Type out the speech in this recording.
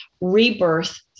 rebirth